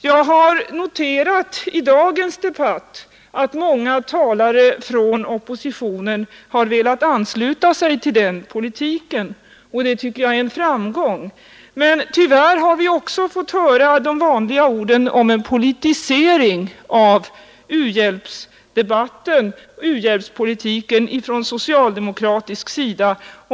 Jag har i dagens debatt noterat att många talare från oppositionen velat ansluta sig till den politiken, och det tycker jag är en framgång. Men tyvärr har vi också fått höra de vanliga påståendena om en politisering av u-hjälpspolitiken från socialdemokratisk sida.